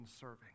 serving